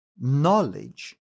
knowledge